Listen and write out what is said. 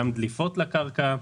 גם דליפות לקרקע.